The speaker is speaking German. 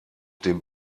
dem